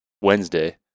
Wednesday